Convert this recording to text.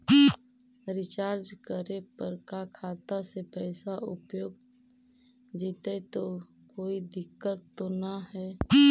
Recharge करे पर का खाता से पैसा उपयुक्त जितै तो कोई दिक्कत तो ना है?